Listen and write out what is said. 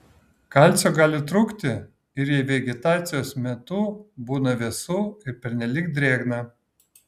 kalcio gali trūkti ir jei vegetacijos metu būna vėsu ar pernelyg drėgna